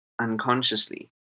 unconsciously